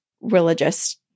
religious